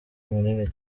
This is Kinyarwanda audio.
munini